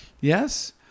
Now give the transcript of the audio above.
Yes